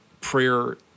prayer